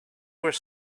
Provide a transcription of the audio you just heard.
were